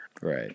Right